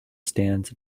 stands